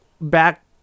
back